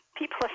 People